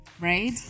right